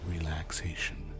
relaxation